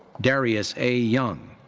darius a. young.